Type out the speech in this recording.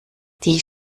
die